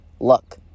luck